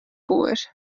boer